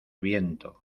viento